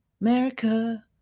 America